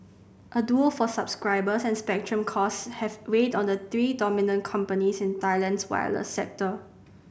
a duel for subscribers and spectrum costs have weighed on the three dominant companies in Thailand's wireless sector